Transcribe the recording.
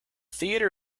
theater